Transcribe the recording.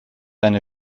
eine